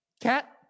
cat